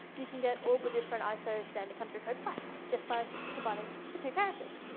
you can get all the different iso standard country code flags, just by combining the two characters.